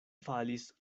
falis